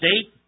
State